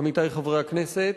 עמיתי חברי הכנסת,